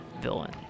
villain